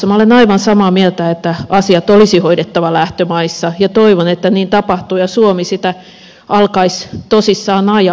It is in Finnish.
minä olen aivan samaa mieltä että asiat olisi hoidettava lähtömaissa ja toivon että niin tapahtuu ja suomi sitä alkaisi tosissaan ajaa